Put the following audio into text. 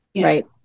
right